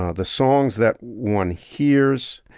ah the songs that one hears.